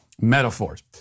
metaphors